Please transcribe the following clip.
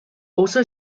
also